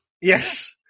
yes